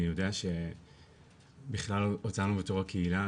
אני יודע שבכלל בקהילה,